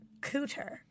Cooter